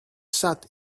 sat